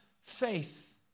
faith